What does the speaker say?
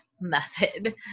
method